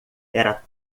era